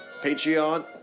Patreon